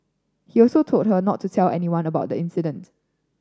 he also told her not to tell anyone about the incident